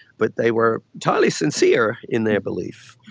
but they were entirely sincere in their belief.